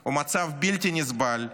הוא מצב בלתי נסבל,